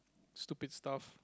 stupid stuff